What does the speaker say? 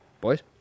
Boys